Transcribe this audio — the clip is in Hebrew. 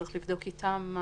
צריך לבדוק איתם.